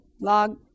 Log